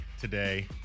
today